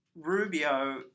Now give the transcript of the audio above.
Rubio